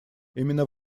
именно